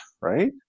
right